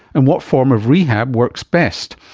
and what form of rehab works best?